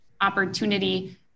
opportunity